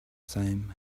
same